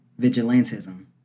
vigilantism